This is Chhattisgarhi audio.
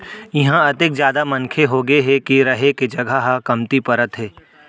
इहां अतेक जादा मनखे होगे हे के रहें के जघा ह कमती परत हे